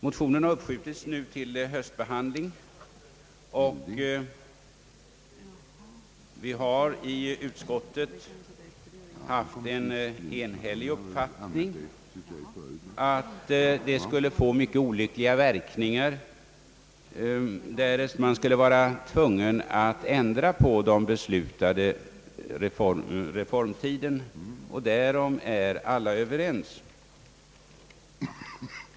Motionen har uppskjutits till höstsessionen och utskottet har varit enigt om att det skulle få mycket olyckliga verkningar, därest man nu skulle vara tvungen att ändra på den beslutade reformtiden. Därom var alla överens.